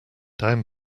down